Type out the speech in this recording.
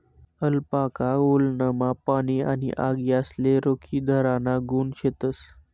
alpaca वुलनमा पाणी आणि आग यासले रोखीधराना गुण शेतस